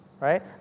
right